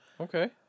okay